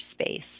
space